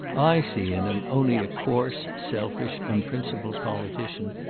i see in him only a coarse, selfish, unprincipled politician,